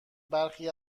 برخی